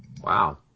Wow